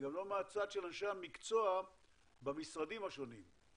גם לא מהצד של אנשי המקצוע במשרדים השונים,